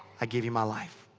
i give you my life.